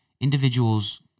individuals